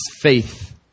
faith